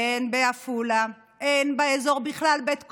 אין בעפולה, אין באזור בכלל בית קולנוע,